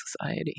society